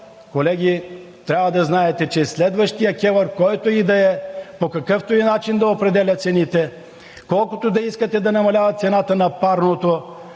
колеги, трябва да знаете, че в следващата КЕВР, която и да е, по какъвто и начин да определя цените, колкото да искате да намалява цената на парното,